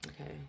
Okay